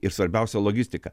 ir svarbiausia logistika